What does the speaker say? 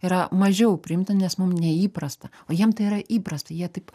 yra mažiau priimta nes mum neįprasta o jiem tai yra įprasta jie taip